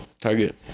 target